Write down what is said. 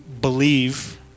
believe